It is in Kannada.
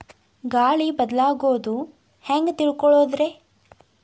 ಗಾಳಿ ಬದಲಾಗೊದು ಹ್ಯಾಂಗ್ ತಿಳ್ಕೋಳೊದ್ರೇ?